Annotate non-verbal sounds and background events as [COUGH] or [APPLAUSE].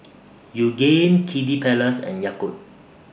[NOISE] Yoogane Kiddy Palace and Yakult